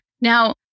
Now